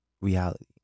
Reality